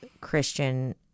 Christian